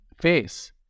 face